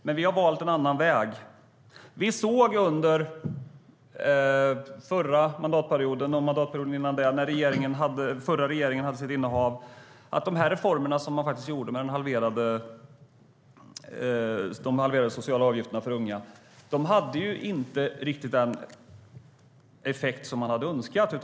Men vi har valt en annan väg. Vi såg under den förra mandatperioden och mandatperioden före den, när den förra regeringen hade sitt maktinnehav, att reformerna som man gjorde med halverade sociala avgifter för unga inte hade riktigt den effekt som man hade önskat.